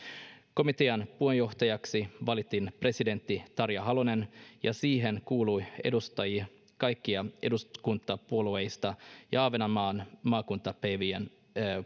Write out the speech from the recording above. komitean puheenjohtajaksi valittiin presidentti tarja halonen ja siihen kuului edustajia kaikista eduskuntapuolueista ja ahvenanmaan maakuntapäivien